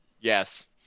Yes